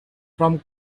from